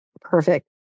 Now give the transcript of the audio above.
Perfect